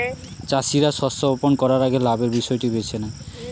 চাষীরা শস্য বপন করার আগে লাভের বিষয়টি বেছে নেয়